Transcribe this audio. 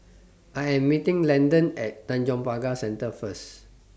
I Am meeting Landan At Tanjong Pagar Centre First